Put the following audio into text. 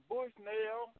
Bushnell